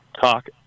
Talk